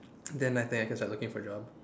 then after that I can start looking for job